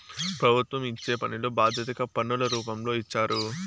ప్రభుత్వం ఇచ్చే పనిలో బాధ్యతగా పన్నుల రూపంలో ఇచ్చారు